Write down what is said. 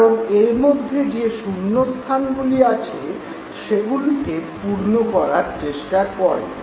কারন এর মধ্যে যে শূন্যস্থানগুলি আছে সেগুলিকে পূর্ণ করার চেষ্টা করেন